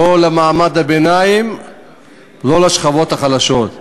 לא למעמד הביניים ולא לשכבות החלשות.